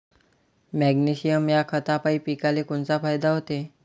Magnesium ह्या खतापायी पिकाले कोनचा फायदा होते?